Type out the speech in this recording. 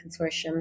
consortium